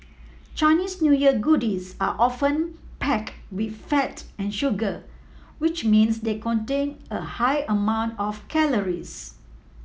Chinese New Year goodies are often pack with fat and sugar which means they contain a high amount of calories